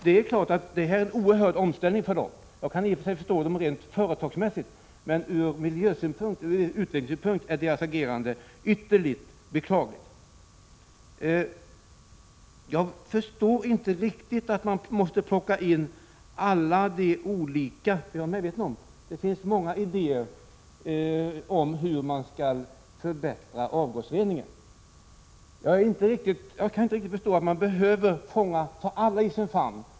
Självfallet är det fråga om en oerhörd omställning för den, och jag kan i och för sig förstå den från ren företagssynpunkt, men ur utvecklingssynpunkt är dess agerande ytterligt beklagligt. Jag är vidare medveten om att det finns många idéer om hur man skall förbättra avgasreningen, men jag kan inte riktigt förstå att man skulle behöva fånga in alla i sin famn.